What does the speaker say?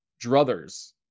druthers